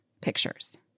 pictures